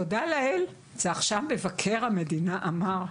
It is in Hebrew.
תודה לאל, זה עכשיו מבקר המדינה אמר.